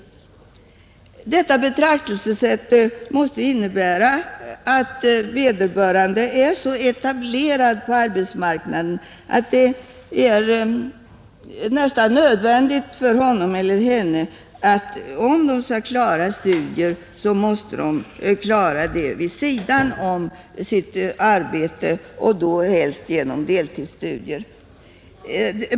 Detta betraktelsesätt måste innebära att vederbörande är så etablerad på arbetsmarknaden att det är nästan nödvändigt för honom eller henne att klara studierna vid sidan om sitt arbete, och då helst genom deltidsstudier.